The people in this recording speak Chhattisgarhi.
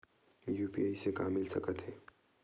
यू.पी.आई से का मिल सकत हे?